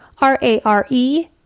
R-A-R-E